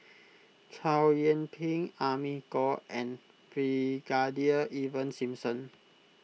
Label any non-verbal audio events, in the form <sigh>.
<noise> Chow Yian Ping Amy Khor and Brigadier Ivan Simson